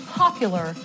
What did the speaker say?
popular